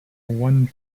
one